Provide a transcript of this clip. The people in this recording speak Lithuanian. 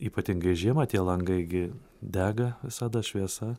ypatingai žiemą tie langai gi dega visada šviesa